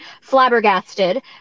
flabbergasted